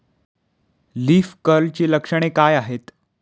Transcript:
Leaf कर्लची लक्षणे काय आहेत?